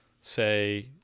say